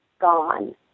gone